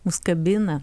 mus kabina